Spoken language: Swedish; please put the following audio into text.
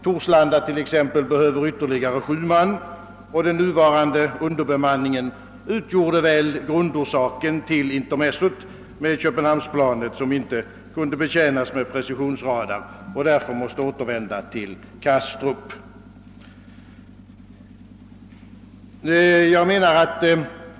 Torslanda t.ex. behöver ytterligare sju man, och den nuvarande underbemanningen utgjorde väl grundorsaken till intermezzot med Köpenhamnsplanet, som inte kunde betjänas med precisionsradar och därför måste återvända till Kastrup.